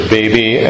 baby